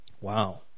Wow